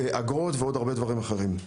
אגרות, ועוד הרבה דברים אחרים.